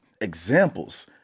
examples